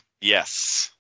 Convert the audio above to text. Yes